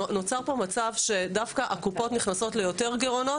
נוצר פה מצב שהקופות דווקא נכנסות ליותר גירעונות,